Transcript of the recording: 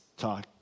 talk